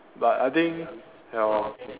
but I think ya lor